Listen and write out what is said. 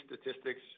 statistics